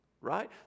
Right